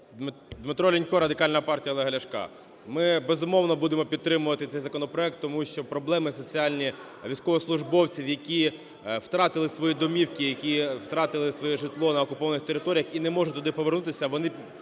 Дмитро Лінько, Радикальна партія Олега Ляшка. Ми, безумовно, будемо підтримувати цей законопроект, тому що проблеми соціальні військовослужбовців, які втратили свої домівки, які втратили своє житло на окупованих територіях і не можуть туди повернутися, вони